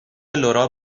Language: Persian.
لورا